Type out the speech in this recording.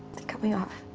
they cut me off,